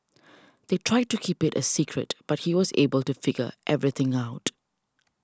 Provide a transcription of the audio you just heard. they tried to keep it a secret but he was able to figure everything out